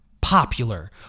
popular